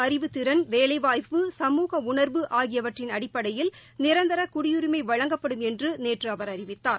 அறிவுத்திறன் வேலை வாய்ப்பு சமூக உணர்வு ஆகியவற்றின் அடிப்படையில் நிரந்தர குடியுரிமை வழங்கப்படும் என்று நேற்று அவர் அறிவித்தார்